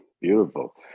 Beautiful